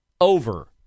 over